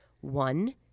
one